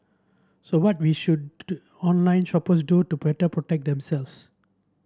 so what we should online shoppers do to better protect themselves